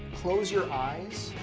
close your eyes,